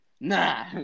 Nah